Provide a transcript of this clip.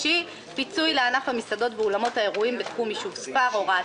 "פיצוי לענף המסעדות ואולמות האירועים בתחום ישוב ספר הוראת